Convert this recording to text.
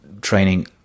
training